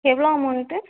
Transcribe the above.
எவ்வளோ அமௌண்ட்டு